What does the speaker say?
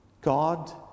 God